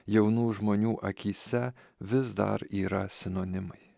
jaunų žmonių akyse vis dar yra sinonimai